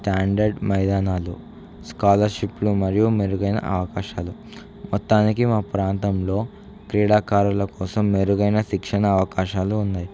standard మైదానాలు స్కాలర్షిప్లు మరియు మెరుగైన అవకాశాలు మొత్తానికి మా ప్రాంతంలో క్రీడాకారుల కోసం మెరుగైన శిక్షణ అవకాశాలు ఉన్నాయి